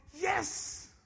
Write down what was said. yes